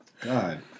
God